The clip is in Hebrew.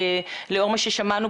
לאור מה ששמענו.